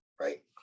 right